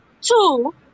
Two